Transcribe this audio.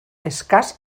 escàs